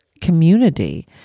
community